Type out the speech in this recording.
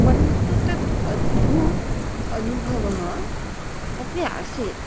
परन्तु तद् अद्भुतः अनुभवः अपि आसीत्